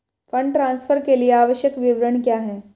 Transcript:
Fund transfer के लिए आवश्यक विवरण क्या हैं?